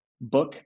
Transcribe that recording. book